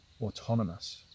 autonomous